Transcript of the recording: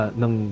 ng